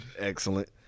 Excellent